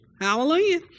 Hallelujah